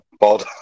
Bod